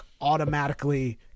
automatically